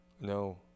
No